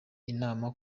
inama